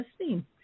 listening